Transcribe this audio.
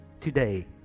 today